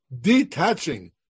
detaching